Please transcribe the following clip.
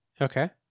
Okay